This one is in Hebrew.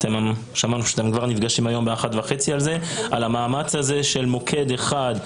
שמענו שאתם נפגשים היום ב-13:30 על המאמץ של מוקד אחד,